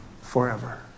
forever